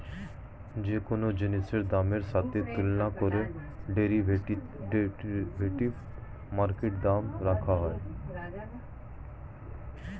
যে কোন জিনিসের দামের সাথে তুলনা করে ডেরিভেটিভ মার্কেটে দাম রাখা হয়